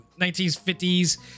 1950s